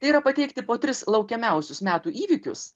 tai yra pateikti po tris laukiamiausius metų įvykius